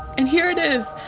and here it is!